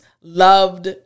loved